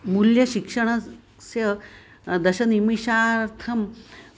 मूल्यशिक्षणस्य दशनिमेषार्थं